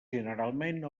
generalment